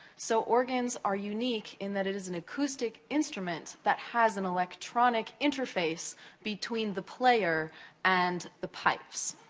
so, organs are unique, in that it is an acoustic instrument that has an electronic interface between the player and the pipes.